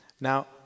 Now